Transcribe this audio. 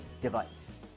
device